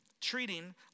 treating